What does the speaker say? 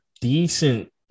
decent